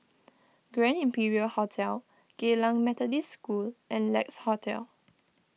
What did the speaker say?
Grand Imperial Hotel Geylang Methodist School and Lex Hotel